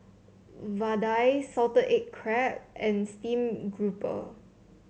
Vadai Salted Egg Crab and Steamed Grouper